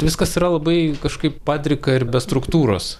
viskas yra labai kažkaip padrika ir be struktūros